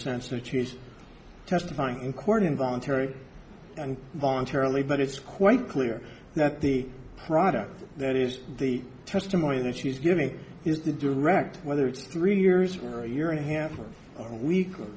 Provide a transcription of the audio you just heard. sense that she's testifying in court involuntary and voluntarily but it's quite clear that the product that is the testimony that she's giving is the direct whether it's three years or a year and a half a week or